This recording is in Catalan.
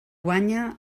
guanya